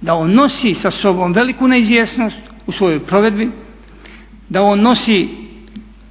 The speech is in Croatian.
da on nosi sa sobom veliku neizvjesnost u svojoj provedbi, da on nosi